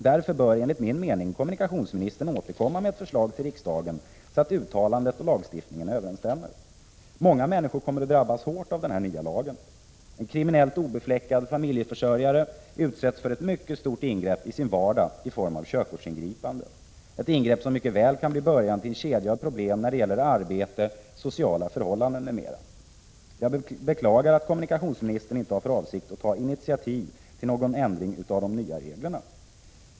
Därför bör, enligt min mening, kommunikationsministern återkomma med ett förslag till riksdagen så att uttalandet och lagstiftningen överensstämmer. Många människor kommer att drabbas hårt av den nya lagen. En kriminellt obefläckad familjeförsörjare utsätts för ett mycket stort ingrepp i sin vardag i form av körkortsingripande, ett ingrepp som mycket väl kan bli början på en kedja av problem när det gäller arbete, sociala förhållanden m.m. Jag beklagar att kommunikationsministern inte har för avsikt att ta initiativ till någon ändring av de nya reglerna.